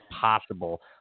possible